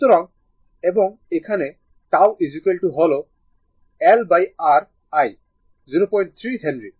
সুতরাং এবং এখানে τ হল LRl 03 হেনরি